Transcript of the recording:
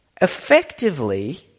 effectively